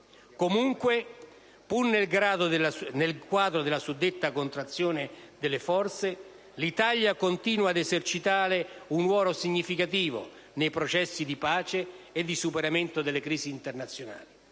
Comunque, pur nel quadro della suddetta contrazione delle forze, l'Italia continua a esercitare un ruolo significativo nei processi di pace e di superamento delle crisi internazionali.